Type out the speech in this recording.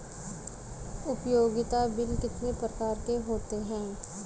उपयोगिता बिल कितने प्रकार के होते हैं?